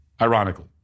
ironically